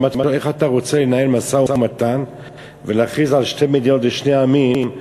אמרתי לו: איך אתה רוצה לנהל משא-ומתן ולהכריז על שתי מדינות לשני עמים,